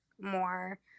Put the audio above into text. more